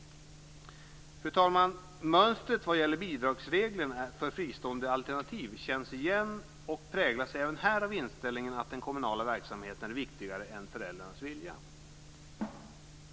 Fru talman! Mönstret när det gäller bidragsreglerna för fristående alternativ känns igen och präglas även här av inställningen att den kommunala verksamheten är viktigare än föräldrarnas vilja.